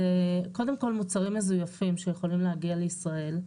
קודם כל מוצרים מזויפים שיכולים להגיע לישראל,